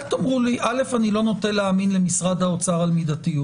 אל"ף, אני לא נוטה להאמין למשרד האוצר על מידתיות.